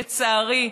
לצערי,